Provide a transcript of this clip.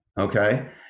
okay